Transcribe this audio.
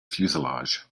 fuselage